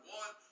one